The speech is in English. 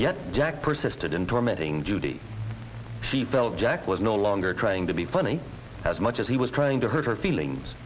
yet jack persisted in tormenting judy she felt jack was no longer trying to be funny as much as he was trying to hurt her feelings